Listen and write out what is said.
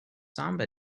samba